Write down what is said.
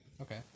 Okay